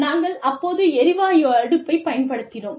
நாங்கள் அப்போது எரிவாயு அடுப்பைப் பயன்படுத்தினோம்